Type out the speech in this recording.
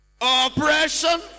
oppression